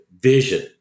vision